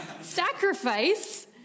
sacrifice